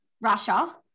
Russia